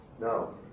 No